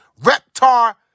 Reptar